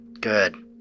Good